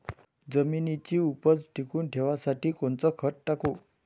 जमिनीची उपज टिकून ठेवासाठी कोनचं खत टाकू?